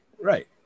Right